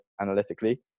analytically